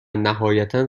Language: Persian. نهایتا